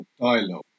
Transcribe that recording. dialogue